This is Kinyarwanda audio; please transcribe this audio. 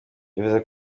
bivuze